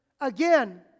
Again